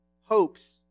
hopes